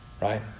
right